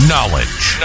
Knowledge